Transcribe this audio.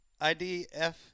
IDF